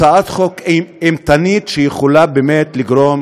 הצעת חוק אימתנית שיכולה באמת לגרום